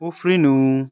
उफ्रिनु